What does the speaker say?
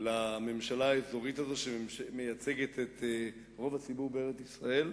לממשלה האזורית הזאת שמייצגת את רוב הציבור בארץ-ישראל,